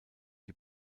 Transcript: die